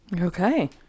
Okay